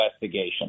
investigation